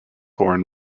horn